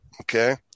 Okay